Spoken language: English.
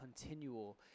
continual